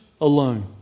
alone